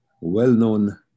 well-known